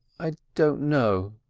i don't know,